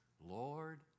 Lord